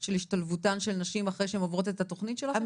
5של השתלבותן של נשים אחרי שהן עוברות את התוכנית שלכן.